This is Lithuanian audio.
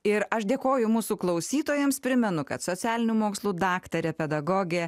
ir aš dėkoju mūsų klausytojams primenu kad socialinių mokslų daktarė pedagogė